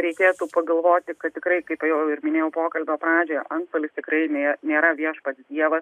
reikėtų pagalvoti kad tikrai kaip jau ir minėjau pokalbio pradžioje anstolis tikrai ne nėra viešpats dievas